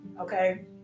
okay